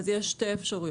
מה אתם ממליצים?